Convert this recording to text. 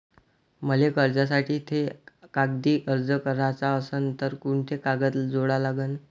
मले कर्जासाठी थे कागदी अर्ज कराचा असन तर कुंते कागद जोडा लागन?